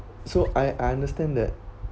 so I I understand that